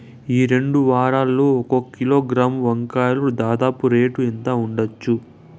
ఈ రెండు వారాల్లో ఒక కిలోగ్రాము వంకాయలు దాదాపు రేటు ఎంత ఉండచ్చు?